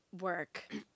Work